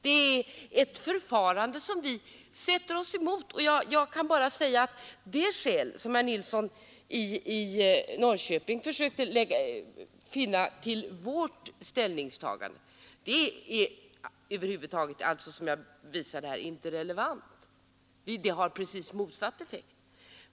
Det är ett förfarande som vi sätter oss emot, och jag kan än en gång säga att det skäl som herr Nilsson i Norrköping försökte finna för vårt ställningstagande över huvud taget inte är relevant. Det har precis motsatt effekt.